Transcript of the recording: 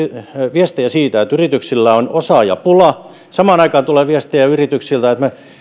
viestejä siitä että yrityksillä on osaajapula samaan aikaan tulee viestejä yrityksiltä että